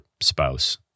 spouse